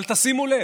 אבל תשימו לב,